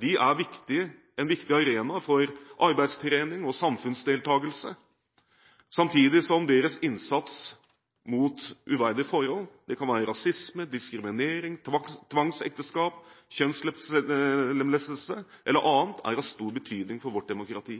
De er en viktig arena for arbeidstrening og samfunnsdeltakelse, samtidig som deres innsats mot uverdige forhold, som rasisme, diskriminering, tvangsekteskap, kjønnslemlestelse eller annet, er av stor betydning for vårt demokrati.